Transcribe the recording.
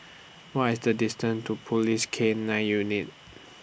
What IS The distance to Police K nine Unit